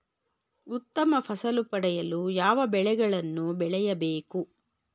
ಉತ್ತಮ ಫಸಲು ಪಡೆಯಲು ಯಾವ ಬೆಳೆಗಳನ್ನು ಬೆಳೆಯಬೇಕು?